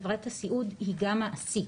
ולכן חברת הסיעוד היא גם מעסיק